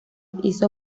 hizo